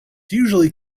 usually